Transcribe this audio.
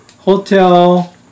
hotel